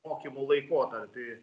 mokymų laikotarpį